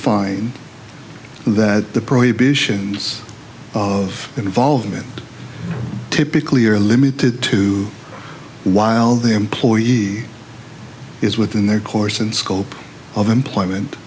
find that the prohibitions of involvement typically are limited to while the employee is within their course and scope of employment